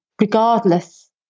regardless